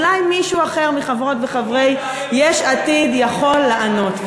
אולי מישהו אחר מחברות וחברי יש עתיד יכול לענות.